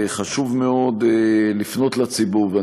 חשוב מאוד לפנות לציבור.